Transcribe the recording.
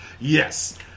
Yes